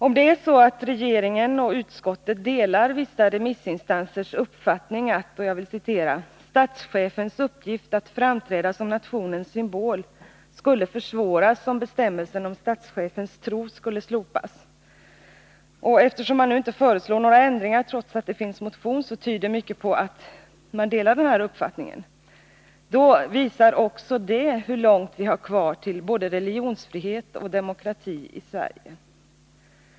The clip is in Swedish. Om det är så att regeringen och utskottet delar vissa remissinstansers uppfattning att ”statschefens uppgift att framträda som nationens symbol skulle försvåras om bestämmelsen om statschefens tro skulle slopas” — och eftersom man inte föreslår några ändringar trots att det föreligger en motion tyder mycket på att det är så — visar också det hur långt vi har kvar till både religionsfrihet och demokrati i Sverige.